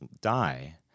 die